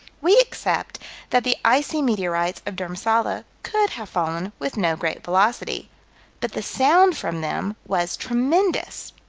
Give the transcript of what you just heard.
we accept that the icy meteorites of dhurmsalla could have fallen with no great velocity but the sound from them was tremendous.